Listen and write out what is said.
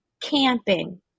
camping